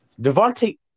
Devontae